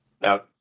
Now